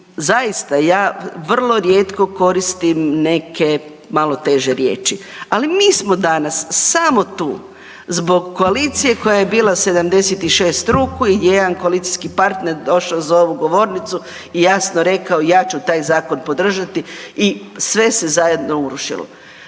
zaista ja vrlo rijetko koristim neke malo teže riječi, ali mi smo danas samo tu zbog koalicije koja je bila 76 ruku i jedan koalicijski partner došao za ovu govornicu i jasno rekao ja ću taj zakon podržati i sve se zajedno urušilo.